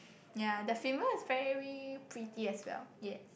ya the female is very pretty as well yes